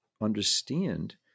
understand